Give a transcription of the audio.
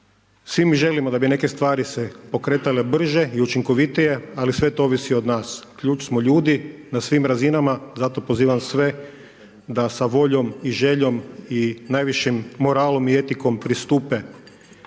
Svi mi želimo da bi neke stvari se pokretale brže i učinkovitije, ali sve to ovisi od nas, ključ smo ljudi na svim razinama, zato pozivam sve da sa voljom i željom i najvišim moralom i etikom pristupe